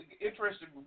interesting